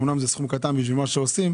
אמנם זה סכום קטן בשביל מה שעושים,